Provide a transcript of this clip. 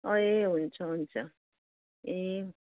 ए हुन्छ हुन्छ ए